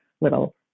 little